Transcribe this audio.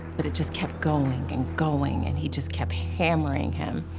but it just kept going and going and he just kept hammering him.